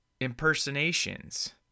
impersonations